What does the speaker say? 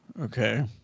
Okay